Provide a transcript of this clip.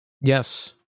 Yes